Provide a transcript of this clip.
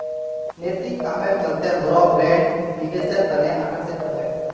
नैतिक कामेर चलते बोरो ब्रैंड निवेशेर तने आकर्षित ह छेक